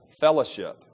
fellowship